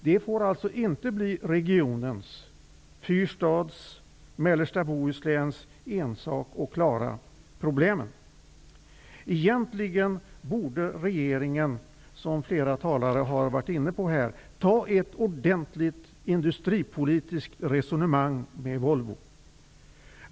Det får alltså inte bli regionens ensak att lösa problemen, dvs. fyrstadskretsen och mellersta Bohuslän. Egentligen borde regeringen, som flera talare har varit inne på, föra ett ordentligt industripolitiskt resonemang med Volvo.